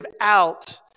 out